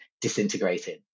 disintegrating